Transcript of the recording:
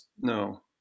No